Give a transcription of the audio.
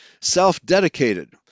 self-dedicated